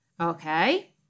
Okay